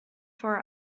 for